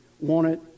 wanted